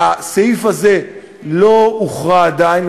הסעיף הזה לא הוכרע עדיין,